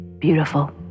beautiful